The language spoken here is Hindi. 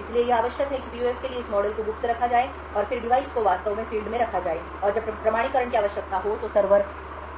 इसलिए यह आवश्यक है कि पीयूएफ के लिए इस मॉडल को गुप्त रखा जाए और फिर डिवाइस को वास्तव में फील्ड में रखा जाए और जब प्रमाणीकरण की आवश्यकता हो तो सर्वर